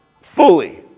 Fully